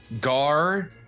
Gar